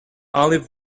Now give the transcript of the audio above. olive